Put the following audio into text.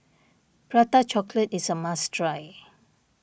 Prata Chocolate is a must try